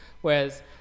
Whereas